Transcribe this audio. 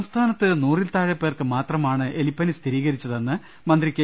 സംസ്ഥാനത്ത് നൂറിൽ താഴെ പേർക്ക് മാത്രമാണ് എലിപ്പനി സ്ഥിരീകരിച്ചതെന്ന് മന്ത്രി കെ